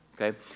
Okay